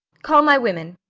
call my women.